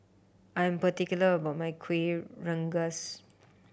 I'm particular about my Kuih Rengas